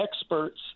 experts